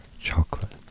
chocolate